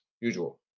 usual